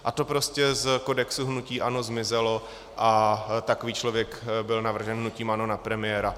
A to z kodexu hnutí ANO zmizelo a takový člověk byl navržen hnutím ANO na premiéra.